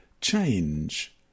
change